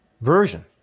version